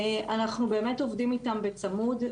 אנחנו באמת עובדים איתם בצמוד,